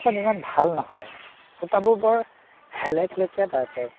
এইখন ইমান ভাল নহয় খুটাবোৰ বৰ হেলেকলেকীয়া টাইপৰ